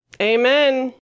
Amen